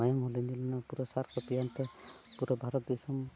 ᱢᱟᱭᱟᱝ ᱦᱚᱸ ᱞᱤᱸᱜᱤᱞᱮᱱᱟ ᱯᱩᱨᱟᱹ ᱥᱟᱨ ᱠᱟᱹᱯᱤᱭᱟᱱ ᱛᱮ ᱯᱩᱨᱟᱹ ᱵᱷᱟᱨᱚᱛ ᱫᱤᱥᱚᱢ